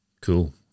cool